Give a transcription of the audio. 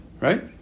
right